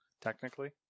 technically